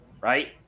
right